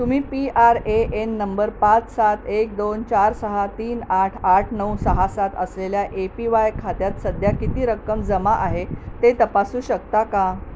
तुम्ही P R A N number पाच सात एक दोन चार सहा तीन आठ आठ नऊ सहा सात असलेल्या ए पी वाय खात्यात सध्या किती रक्कम जमा आहे ते तपासू शकता का